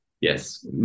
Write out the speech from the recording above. yes